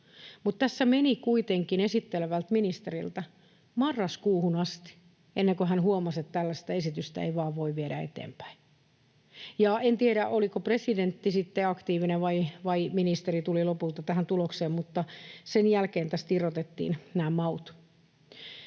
tässä meni kuitenkin esittelevältä ministeriltä marraskuuhun asti ennen kuin hän huomasi, että tällaista esitystä ei vain voi viedä eteenpäin. En tiedä, oliko presidentti sitten aktiivinen vai tuliko ministeri lopulta tähän tulokseen, mutta sen jälkeen tästä irrotettiin nämä maut.